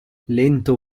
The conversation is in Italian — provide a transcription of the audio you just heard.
lento